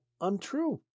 untrue